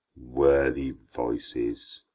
worthy voices!